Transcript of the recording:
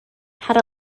had